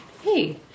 Hey